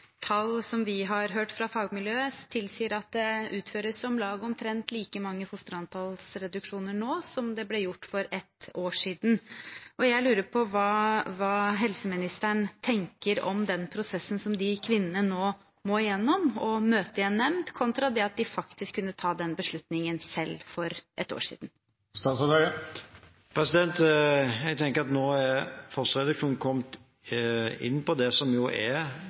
vi har hørt fra fagmiljøet, tilsier at det utføres omtrent like mange fosterantallsreduksjoner nå som det ble gjort for et år siden. Jeg lurer på hva helseministeren tenker om den prosessen som de kvinnene nå må gjennom, å møte i en nemnd kontra det at de faktisk kunne ta den beslutningen selv for et år siden. Jeg tenker at nå er fosterreduksjon kommet inn på det som er